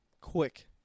quick